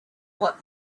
what